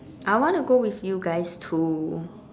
I wanna go with you guys too